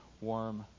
warm